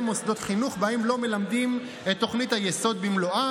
מוסדות חינוך שבהם לא מלמדים את תוכנית היסוד במלואה,